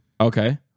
Okay